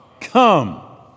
come